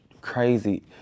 crazy